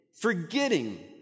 forgetting